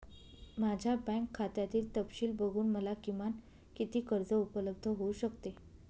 माझ्या बँक खात्यातील तपशील बघून मला किमान किती कर्ज उपलब्ध होऊ शकते?